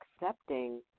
accepting